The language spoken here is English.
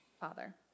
father